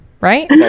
right